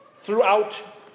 throughout